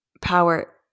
Power